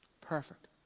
perfect